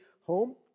home